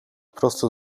proste